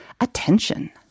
attention